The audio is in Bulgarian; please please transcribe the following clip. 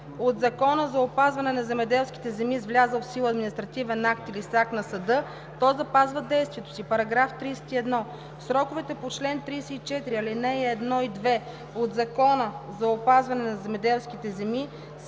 от Закона за опазване на земеделските земи с влязъл в сила административен акт или с акт на съда, то запазва действието си. § 31. Сроковете по чл. 34, ал. 1 и 2 от Закона за опазване на земеделските земи